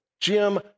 Jim